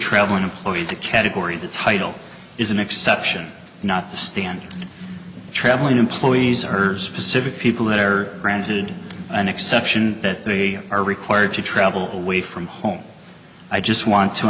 traveling employee to category the title is an exception not the standard traveling employees or hers pacific people that are granted an exception that they are required to travel away from home i just want to